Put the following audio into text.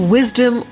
Wisdom